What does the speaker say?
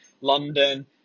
London